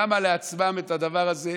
שמה לעצמה את הדבר הזה.